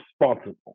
responsible